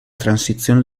transizione